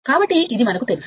కాబట్టి ఇది మనకు తెలుసు